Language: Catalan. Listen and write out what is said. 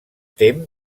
tem